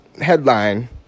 headline